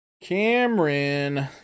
Cameron